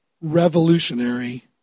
revolutionary